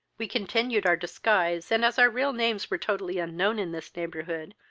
we continued our disguise, and, as our real names were totally unknown in this neighborhood,